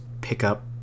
pickup